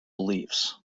beliefs